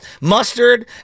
mustard